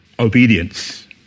Obedience